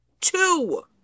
Two